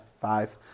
five